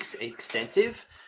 extensive